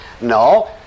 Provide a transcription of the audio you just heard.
no